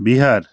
Bihar